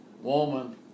woman